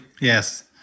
yes